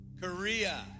Korea